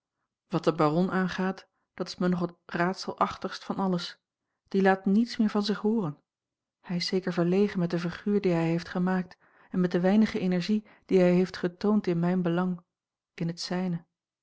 wat den baron aangaat dat is mij ng het raadselachtigst van alles die laat niets meer van zich hooren hij is zeker verlegen met de figuur die hij heeft gemaakt en met de weinige energie die hij heeft getoond in mijn belang in het zijne